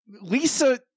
lisa